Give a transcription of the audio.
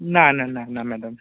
না না না না ম্যাডাম